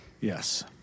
Yes